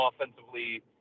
offensively